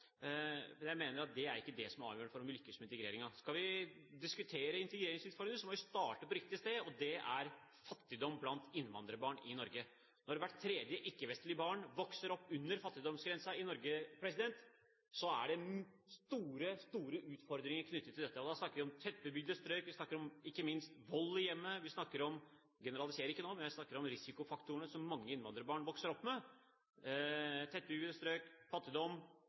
jeg har om det, men jeg mener at det ikke er avgjørende for om vi lykkes med integreringen. Skal vi diskutere integreringsutfordringer, må vi starte på riktig sted, og det gjelder fattigdom blant innvandrerbarn i Norge. Når hvert tredje ikke-vestlige barn vokser opp under fattigdomsgrensen i Norge, er det store, store utfordringer knyttet til dette. Da snakker vi om tettbebygde strøk, vi snakker ikke minst om vold i hjemmet. Jeg generaliserer ikke nå, men jeg snakker om risikofaktorene som mange innvandrerbarn vokser opp med, altså tettbebygde strøk, fattigdom,